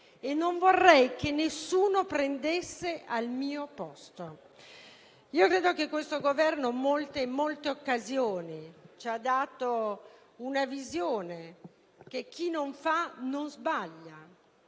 e non vorrei che nessuno prendesse al mio posto. Credo che questo Governo in molte occasioni ci abbia dato una visione: che chi non fa non sbaglia;